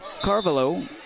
Carvalho